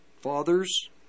fathers